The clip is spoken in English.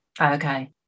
Okay